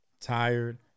Tired